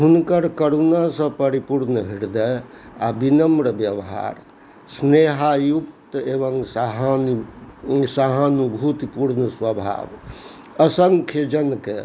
हुनकर करुणासँ परिपूर्ण हृदय आओर विनम्र बेवहार स्नेहयुक्त एवम सहानु सहानुभूतिपूर्ण स्वभाव असंख्य जनके